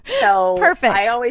Perfect